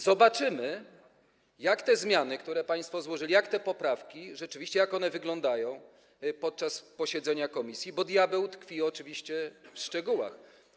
Zobaczymy, jak te zmiany, które państwo złożyli, jak te poprawki rzeczywiście wyglądają, podczas posiedzenia komisji, bo diabeł tkwi oczywiście w szczegółach.